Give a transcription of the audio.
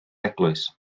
eglwys